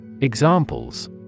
Examples